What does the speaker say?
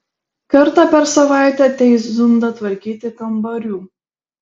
kartą per savaitę ateis zunda tvarkyti kambarių